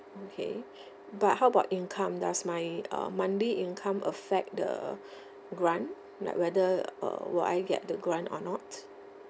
okay but how about income does my uh monthly income affect the grant like whether uh will I get the grant or not